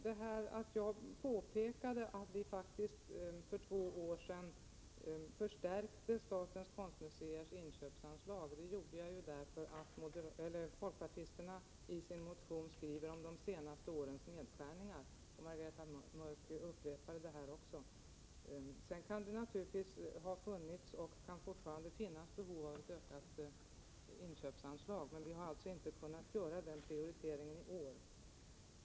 När jag påpekade att vi för två år sedan faktiskt förstärkte statens konstmuseers inköpsanslag, gjorde jag det därför att folkpartisterna i sin motion skriver om de senaste årens nedskärningar, och Margareta Mörck upprepade det här också. Sedan kan det ju ha funnits och fortfarande finnas behov av ett ökat inköpsanslag, men vi har alltså inte kunnat göra den prioriteringen i år.